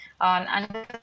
on